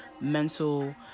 mental